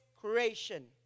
creation